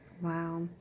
Wow